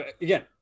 again